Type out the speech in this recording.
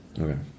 Okay